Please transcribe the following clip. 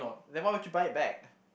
then why would you buy it back